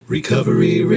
Recovery